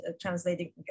translating